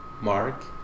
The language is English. Mark